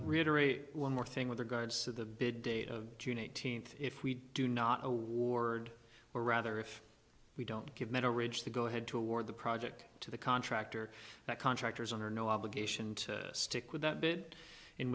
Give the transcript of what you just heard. reiterate one more thing with regards to the bid date of june eighteenth if we do not award or rather if we don't give middle ridge the go ahead to award the project to the contractor that contractors under no obligation to stick with that bit in